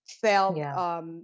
felt